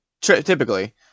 typically